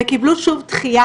וקיבלו שוב דחייה.